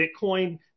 Bitcoin